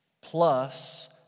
plus